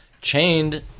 chained